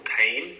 pain